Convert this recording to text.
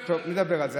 טוב, נדבר על זה.